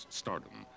stardom